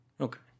Okay